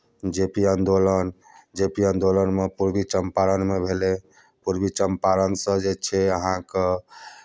जे पी आंदोलन J P आंदोलनमे पूर्वी चंपारणमे भऽ गेलै पूर्वी चंपारणसँ जे छै अहाँके